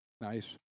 Nice